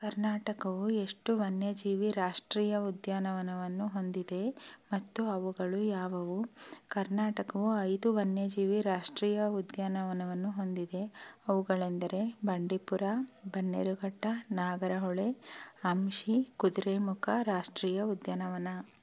ಕರ್ನಾಟಕವು ಎಷ್ಟು ವನ್ಯಜೀವಿ ರಾಷ್ಟ್ರೀಯ ಉದ್ಯಾನವನವನ್ನು ಹೊಂದಿದೆ ಮತ್ತು ಅವುಗಳು ಯಾವುವು ಕರ್ನಾಟಕವು ಐದು ವನ್ಯಜೀವಿ ರಾಷ್ಟ್ರೀಯ ಉದ್ಯಾನವನವನ್ನು ಹೊಂದಿದೆ ಅವುಗಳೆಂದರೆ ಬಂಡೀಪುರ ಬನ್ನೇರುಘಟ್ಟ ನಾಗರಹೊಳೆ ಅಂಶಿ ಕುದುರೆಮುಖ ರಾಷ್ಟ್ರೀಯ ಉದ್ಯಾನವನ